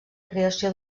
creació